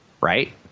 Right